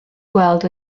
gweld